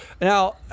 Now